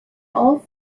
all